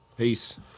Peace